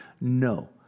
No